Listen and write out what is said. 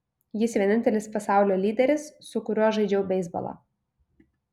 jis vienintelis pasaulio lyderis su kuriuo žaidžiau beisbolą